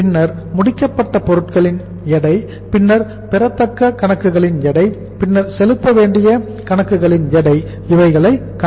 பின்னர் முடிக்கப்பட்ட பொருட்களின் FG எடை பின்னர் பெறத்தக்க கணக்குகளின் எடை பின்னர் செலுத்தவேண்டிய கணக்குகளின் எடை இவைகளை கணக்கிடவேண்டும்